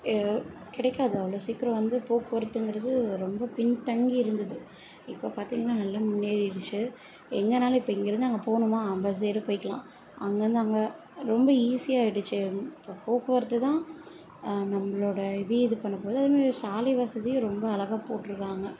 கிடைக்காது அவ்வளோ சீக்கிரம் வந்து போக்குவரத்துங்கிறது ரொம்ப பின்தங்கி இருந்தது இப்போ பார்த்தீங்கன்னா நல்ல முன்னேறிடுச்சு எங்கேனாலும் இப்போ இங்கிருந்து அங்கே போகணுமா பஸ் ஏறி போயிக்கலாம் அங்கிருந்து அங்கே ரொம்ப ஈஸியாக ஆகிடுச்சி இப்போ போக்குவரத்துதான் நம்மளோட இதே இது பண்ணப்போகுது அதுமாதிரி சாலைவசதியும் ரொம்ப அழகா போட்டிருக்காங்க